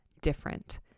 different